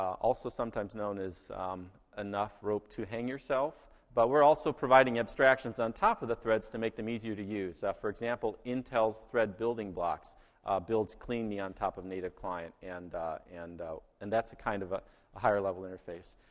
also sometimes known as enough rope to hang yourself. but we're also providing abstractions on top of the threads to make them easier to use. so for example, intel's thread building blocks builds cleanly on top of native client, and and and that's a kind of ah higher level interface.